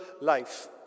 life